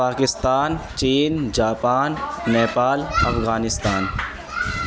پاکستان چین جاپان نیپال افغانستان